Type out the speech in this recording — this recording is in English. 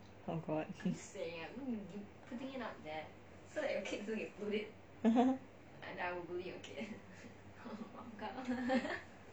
oh god